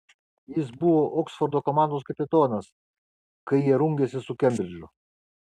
jis buvo oksfordo komandos kapitonas kai jie rungėsi su kembridžu